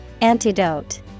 Antidote